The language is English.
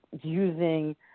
using